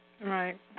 Right